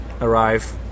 arrive